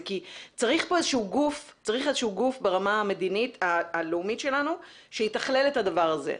כי צריך איזשהו גוף ברמה הלאומית שלנו שיתכלל את הדבר הזה.